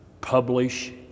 publish